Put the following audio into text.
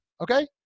okay